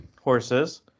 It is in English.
horses